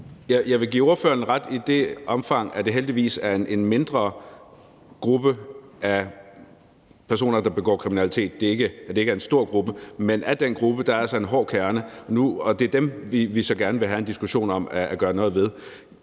Jeg vil give ordføreren ret i det omfang, at det heldigvis er en mindre gruppe af personer, der begår kriminalitet, altså at det ikke er en stor gruppe. Men i den gruppe er der altså en hård kerne, og det er dem, vi så gerne vil have en diskussion om at gøre noget ved.